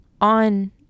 on